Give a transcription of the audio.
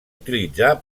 utilitzar